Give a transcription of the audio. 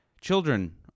Children